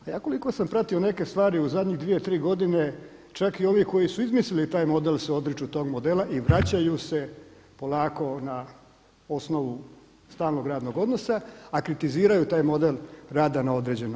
A ja koliko sam pratio neke stvari u zadnjih 2, 3 godine, čak i ovi koji su izmislili taj model se odriču tog modela i vraćaju se polako na osnovu stalnog radnog odnosa a kritiziraju taj model rada na određeno.